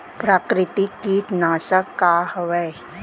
प्राकृतिक कीटनाशक का हवे?